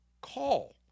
call